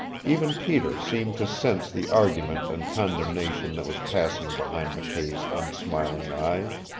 even peter seemed to sense the argument and condemnation that was passing behind mckay's unsmiling eyes.